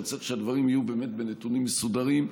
אבל צריך שהדברים יהיו באמת בנתונים מסודרים,